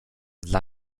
dla